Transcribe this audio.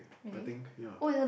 I think ya